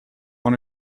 one